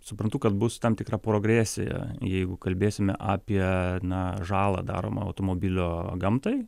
suprantu kad bus tam tikra progresija jeigu kalbėsime apie na žalą daromą automobilio gamtai